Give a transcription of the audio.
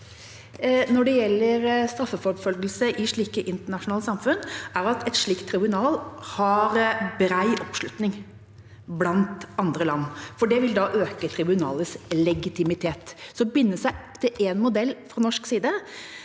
når det gjelder straffeforfølgelse i slike internasjonale samfunn, er at et slikt tribunal har bred oppslutning blant andre land, for det vil da øke tribunalets legitimitet. Så å binde seg til én modell fra norsk side